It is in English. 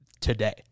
today